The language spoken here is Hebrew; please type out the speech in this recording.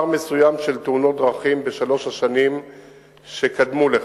מסוים של תאונות דרכים בשלוש השנים שקדמו לכך,